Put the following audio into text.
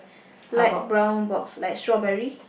light brown box like strawberry